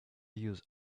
use